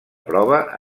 prova